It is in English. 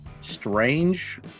strange